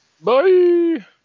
Bye